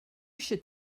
should